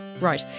right